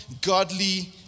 godly